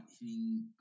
hitting